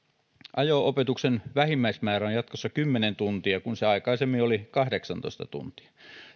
ajo opetuksen vähimmäismäärä on jatkossa kymmenen tuntia kun se aikaisemmin oli kahdeksantoista tuntia